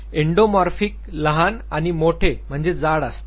endomorphic लहान आणि मोठे म्हणजे जाड असतात